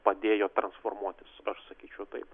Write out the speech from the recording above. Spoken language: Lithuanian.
padėjo transformuotis aš sakyčiau taip